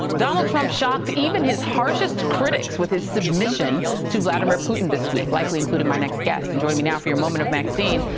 donald trump shocked even his harshest critics with his submission to vladimir putin this week, likely including my next guest. and joining me now for our moment of maxine,